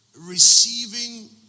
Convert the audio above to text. receiving